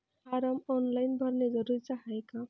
Form online भरने जरुरीचे हाय का?